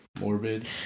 morbid